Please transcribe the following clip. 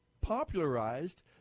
popularized